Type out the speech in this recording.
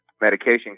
medication